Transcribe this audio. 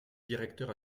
directeur